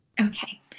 okay